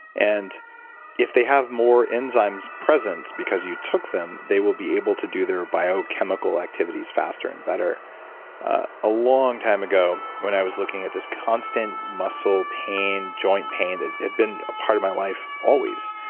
and if they have more enzymes present because you took them, they will be able to do their biochemical activities faster and better a long time ago when i was looking at this constant muscle pain, joint pain that had been a part of my life always,